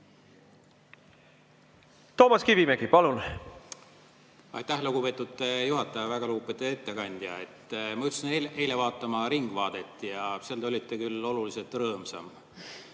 Toomas Kivimägi, palun! Aitäh, lugupeetud juhataja! Väga lugupeetud ettekandja! Ma juhtusin eile vaatama "Ringvaadet" ja seal te olite küll oluliselt rõõmsam.